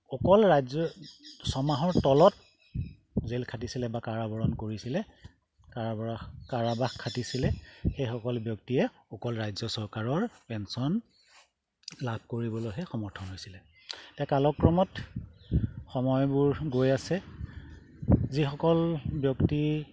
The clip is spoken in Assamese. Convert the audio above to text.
অকল ৰাজ্য ছমাহৰ তলত জেল খাটিছিলে বা কাৰাবৰণ কৰিছিলে কাৰাবাস কাৰাবাস খাটিছিলে সেইসকল ব্যক্তিয়ে অকল ৰাজ্য চৰকাৰৰ পেঞ্চন লাভ কৰিবলৈহে সমৰ্থন হৈছিলে এতিয়া কালক্ৰমত সময়বোৰ গৈ আছে যিসকল ব্যক্তি